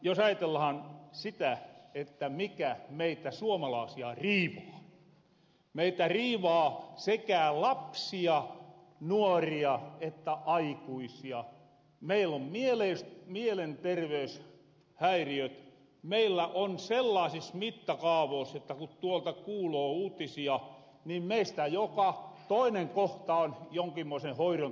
jos ajatellahan sitä että mikä meitä suomalaasia riivaa sekä lapsia nuoria että aikuisia niin meil on mielenterveyshäiriöt sellaasis mittakaavois jotta kun tuolta kuuloo uutisia niin meistä joka toinen kohta on jonkinmoisen hoiron tarpees